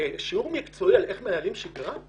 שיעור מקצועי על איך מנהלים שגרה?